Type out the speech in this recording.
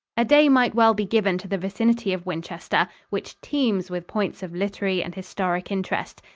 a day might well be given to the vicinity of winchester, which teems with points of literary and historic interest.